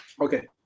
Okay